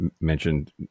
mentioned